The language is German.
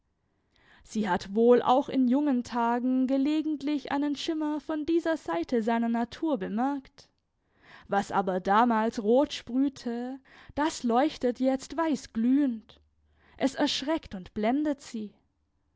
sie hat wohl auch in jungen tagen gelegentlich einen schimmer von dieser seite seiner natur bemerkt was aber damals rot sprühte das leuchtet jetzt weißglühend es erschreckt und blendet sie